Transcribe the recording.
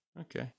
Okay